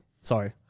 sorry